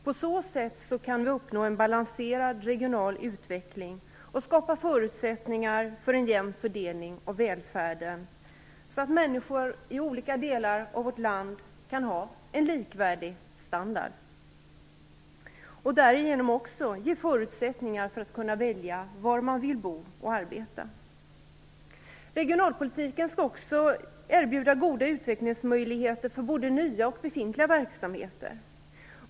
På så sätt kan vi uppnå en balanserad regional utveckling och skapa förutsättningar för en jämn fördelning av välfärden, så att människor i olika delar av vårt land kan ha en likvärdig standard och därigenom ha förutsättningar att välja var man vill bo och arbeta. Regionalpolitiken skall också erbjuda goda utvecklingsmöjligheter för både nya och befintliga verksamheter.